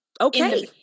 Okay